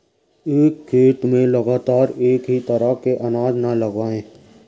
एक खेत में लगातार एक ही तरह के अनाज न लगावें